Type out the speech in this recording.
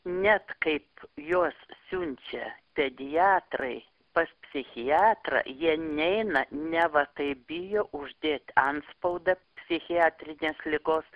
net kaip juos siunčia pediatrai pas psichiatrą jie neina neva tai bijo uždėt antspaudą psichiatrinės ligos